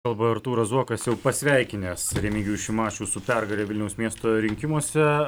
kalba artūras zuokas jau pasveikinęs remigijų šimašių su pergale vilniaus miesto rinkimuose